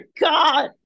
God